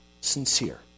sincere